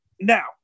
now